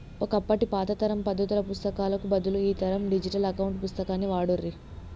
ఒకప్పటి పాత తరం పద్దుల పుస్తకాలకు బదులు ఈ తరం డిజిటల్ అకౌంట్ పుస్తకాన్ని వాడుర్రి